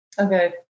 okay